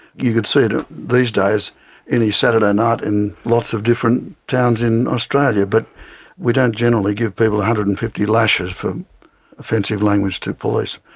you could see it ah these days any saturday night in lots of different towns in australia, but we don't generally give people one hundred and fifty lashes for offensive language to police.